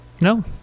No